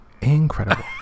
incredible